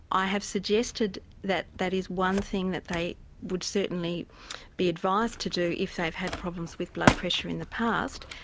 i have suggested that that is one thing that they would certainly be advised to do if they've had problems with blood pressure in the past,